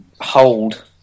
hold